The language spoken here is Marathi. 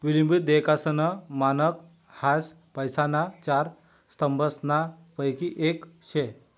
विलंबित देयकासनं मानक हाउ पैसासना चार स्तंभसनापैकी येक शे